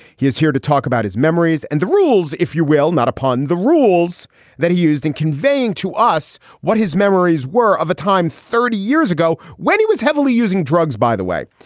he is here to talk about his memories and the rules, if you will, not upon the rules that he used in conveying to us what his memories were of a time thirty years ago when he was heavily using drugs, by the way.